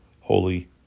holy